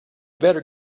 better